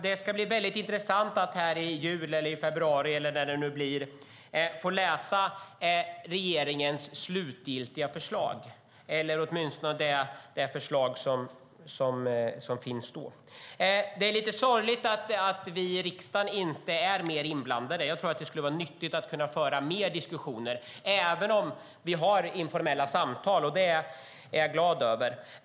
Det ska bli väldigt intressant att i jul eller i februari eller när det nu blir få läsa regeringens slutgiltiga förslag eller åtminstone det förslag som finns då. Det är lite sorgligt att vi i riksdagen inte är mer inblandade. Jag tror att det skulle vara nyttigt att kunna ha mer diskussioner, även om vi har informella samtal, vilket jag är glad över.